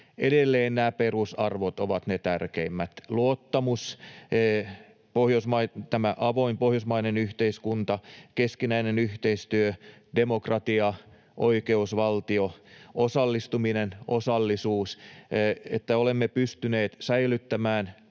edelleen nämä perusarvot ovat ne tärkeimmät: luottamus, tämä avoin pohjoismainen yhteiskunta, keskinäinen yhteistyö, demokratia, oikeusvaltio, osallistuminen, osallisuus ja se, että olemme pystyneet säilyttämään